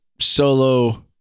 solo